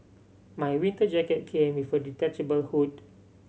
my winter jacket came with a detachable hood